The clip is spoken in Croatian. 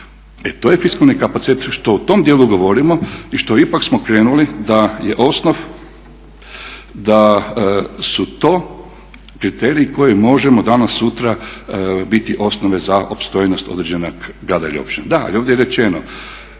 E to je fiskalni kapacitet što u tom dijelu govorimo i što ipak smo krenuli da je osnov da su to kriteriji koje možemo danas sutra biti osnove za opstojnost određenog grada ili općine. Da, ali ovdje je rečeno